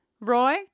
Roy